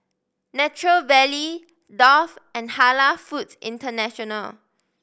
Nature Valley Dove and Halal Foods International